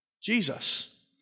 Jesus